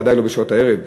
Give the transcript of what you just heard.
בוודאי לא בשעות הערב.